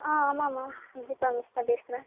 ஆ ஆமாம்மா நிவேதா மிஸ் தான் பேசுகிறேன்